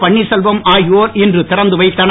பன்னீர்செல்வம் ஆகியோர் இன்று திறந்து வைத்தனர்